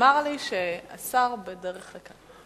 נאמר לי שהשר בדרך לכאן.